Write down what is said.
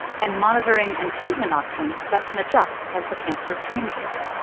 and monitoring and treatment options that can adjust as the cancer changes.